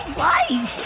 life